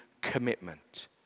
commitment